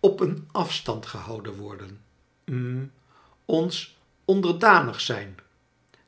op een afstand gehouden worden hm ons onderdanig zijn